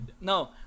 no